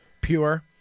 pure